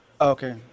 Okay